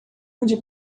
onde